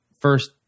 first